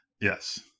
Yes